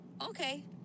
Okay